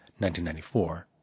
1994